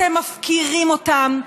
אתם מפקירים אותם,